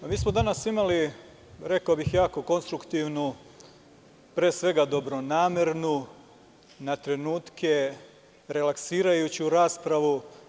Mi smo danas imali, rekao bih, jako konstruktivnu, pre svega dobronamernu, na trenutke relaksirajuću raspravu.